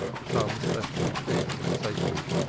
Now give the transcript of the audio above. some specially thick and sacred,